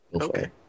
Okay